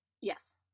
yes